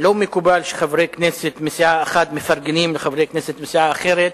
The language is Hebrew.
לא מקובל שחברי כנסת מסיעה אחת מפרגנים לחברי כנסת מסיעה אחרת.